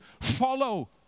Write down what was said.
follow